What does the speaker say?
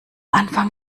anfang